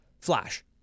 flash